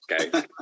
Okay